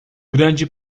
grande